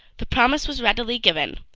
the promise was readily given,